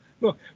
look